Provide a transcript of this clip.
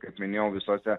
kaip minėjau visose